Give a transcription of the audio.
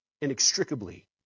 inextricably